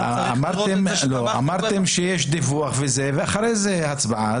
--- אמרתם שיש דיווח ואחרי זה הצבעה.